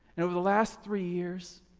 and over the last three years,